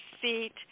feet